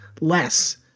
less